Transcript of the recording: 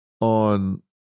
on